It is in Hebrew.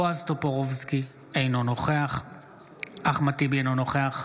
בועז טופורובסקי, אינו נוכח אחמד טיבי, אינו נוכח